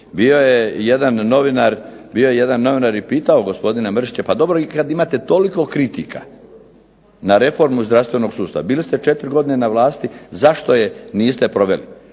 Bio je jedan novinar i pitao gospodina Mršića: "Pa dobro, i kad imate toliko kritika na Reformu zdravstvenog sustava, bili ste 4 godine na vlasti zašto je niste proveli?"